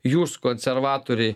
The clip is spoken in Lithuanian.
jūs konservatoriai